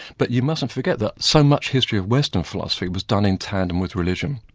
but you mustn't forget that so much history of western philosophy was done in tandem with religion.